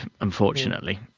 unfortunately